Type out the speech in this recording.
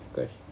g~